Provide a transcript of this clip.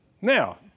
Now